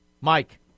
Mike